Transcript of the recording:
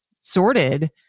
sorted